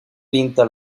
pinta